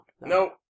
nope